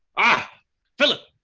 ah philip,